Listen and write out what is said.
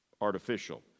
artificial